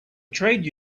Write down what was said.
trade